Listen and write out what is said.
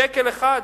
שקל אחד?